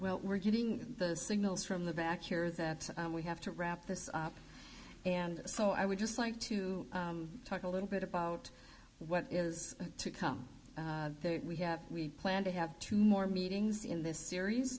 well we're getting the signals from the back here that we have to wrap this up and so i would just like to talk a little bit about what is to come we have we plan to have two more meetings in this series